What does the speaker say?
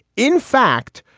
in fact,